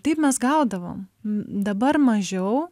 taip mes gaudavom dabar mažiau